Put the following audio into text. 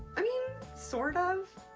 i mean sort of.